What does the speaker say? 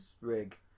rig